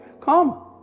come